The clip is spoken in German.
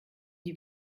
die